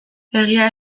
egia